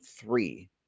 three